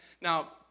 Now